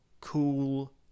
cool